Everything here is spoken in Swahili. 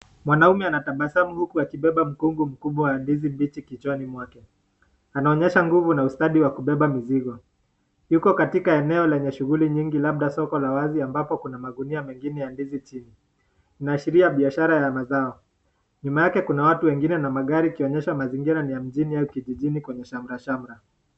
Mwanaume anatabasamu huku akibeba mkungu mkubwa wa ndizi mbichi kichwani mwake. Anaonyesha nguvu na ustadi wa kubeba mizigo. Yuko katika eneo lenye shughuli nyingi labda soko la wazi ambapo kuna magunia mengine ya ndizi chini. Inaashiria biashara ya mazao. Nyuma yake kuna watu wengine na magari kuonyesha mazingira ni ya mjini au au kijijini kwenye shamrashamra.